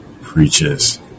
preaches